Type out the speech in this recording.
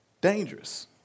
dangerous